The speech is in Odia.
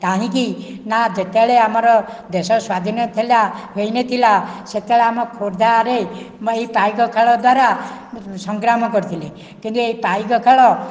କାହିଁକି ନା ଯେତେବେଳେ ଆମର ଦେଶ ସ୍ଵାଧୀନ ଥିଲା ହୋଇ ନ ଥିଲା ସେତେବେଳେ ଆମ ଖୋର୍ଦ୍ଧାରେ ବା ଏହି ପାଇକ ଖେଳ ଦ୍ଵାରା ସଂଗ୍ରାମ କରିଥିଲେ କିନ୍ତୁ ଏହି ପାଇକ ଖେଳ